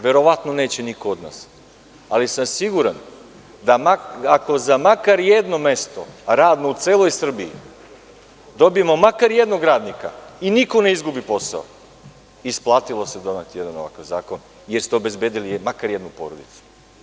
Verovatno neće niko od nas, ali sam siguran da ako makar za jedno mesto radno u celoj Srbiji dobijemo makar jednog radnika i niko ne izgubi posao, isplatilo se doneti jedan ovakav zakon, jer ste obezbedili makar jednu porodicu.